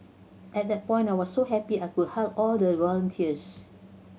at that point I was so happy I could hug all the volunteers